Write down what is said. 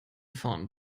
vorne